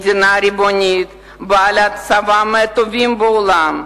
מדינה ריבונית, בעלת צבא מהטובים בעולם,